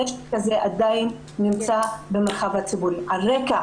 הנשק הזה עדין נמצא במרחב הציבורי על רקע